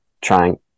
trying